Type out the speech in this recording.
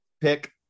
pick